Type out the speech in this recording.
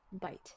Bite